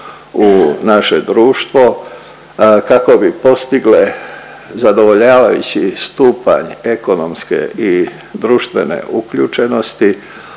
u naše društvo, kako bi postigle zadovoljavajući stupanj ekonomske i društvene uključenosti,